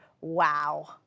Wow